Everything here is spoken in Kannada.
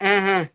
ಹಾಂ ಹಾಂ